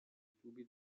tubi